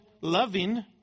loving